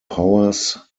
powers